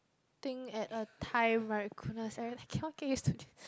think at a time right goodness I really cannot get used to this